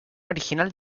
original